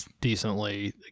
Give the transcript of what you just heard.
decently